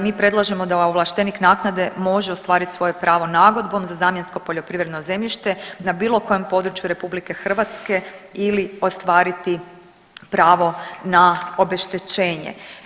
Mi predlažemo da ovlaštenik naknade može ostvarit svoje pravo nagodbom za zamjensko poljoprivredno zemljište na bilo kojem području Republike Hrvatske ili ostvariti pravo na obeštećenje.